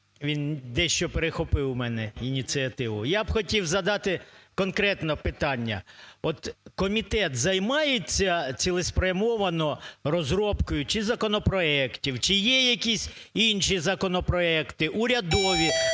він дещо перехопив у мене ініціативу. Я б хотів задати конкретно питання. От комітет займається цілеспрямовано розробкою чи законопроектів, чи є якісь інші законопроекти, урядові